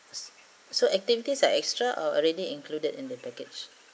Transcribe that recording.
so so activities are extra or already included in the package